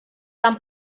han